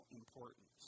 importance